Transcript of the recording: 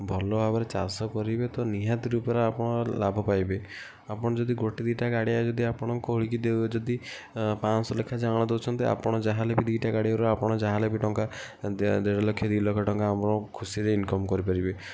ଭଲ ଭାବରେ ଚାଷ କରିବେ ତ ନିହାତି ରୂପରେ ଆପଣ ଲାଭ ପାଇବେ ଆପଣ ଯଦି ଗୋଟିଏ ଦୁଇଟା ଗାଡ଼ିଆ ଯଦି ଆପଣ ଖୋଳିକି ଦେଇ ଦେଉଛନ୍ତି ପାଞ୍ଚଶହ ଲେଖାଁଏ ଜଣକା ଦେଉଛନ୍ତି ଆପଣ ଯାହା ହେଲେ ବି ଟଙ୍କା ଦୁଇଟା ଗାଡ଼ିଆରୁ ଆପଣ ଯାହା ହେଲେ ବି ଟଙ୍କା ଦେଢ଼ ଲକ୍ଷ ଦୁଇ ଲକ୍ଷ ଟଙ୍କା ଆପଣ ଖୁସିରେ ଇନକମ୍ କରିପାରିବେ